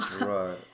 right